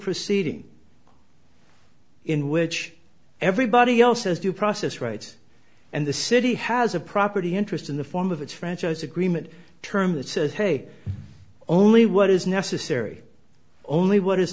proceeding in which everybody else has due process rights and the city has a property interest in the form of its franchise agreement term that says hey only what is necessary only what is